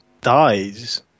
dies